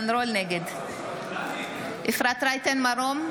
נגד אפרת רייטן מרום,